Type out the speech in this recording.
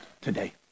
today